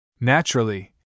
Naturally